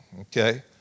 okay